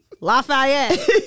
Lafayette